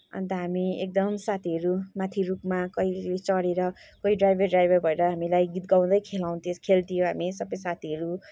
अन्त हामी एकदम साथीहरू माथि रुखमा कहिले चढेर कोही ड्राइभर ड्राइभर भएर हामीलाई गीत गाउँदै खेलाउँथ्यो खेल्थ्यौँ हामी सबै साथीहरू